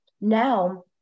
Now